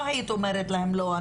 לא היית אומרת להם 'לא,